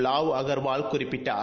லாவ் அகர்வால் குறிப்பிட்டார்